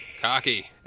Cocky